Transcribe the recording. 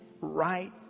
right